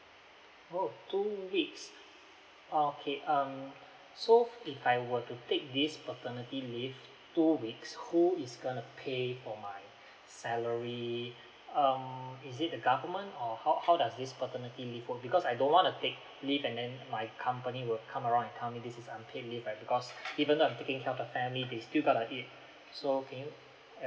oh two weeks okay um so if I were to take this paternity leave two weeks who is gonna pay for my salary um is it the government or how how does this paternity leave go because I don't wanna take leave and then my company will come around and tell me this is unpaid leave I because even though I'm taking care of the family they'd still gotta eat so can you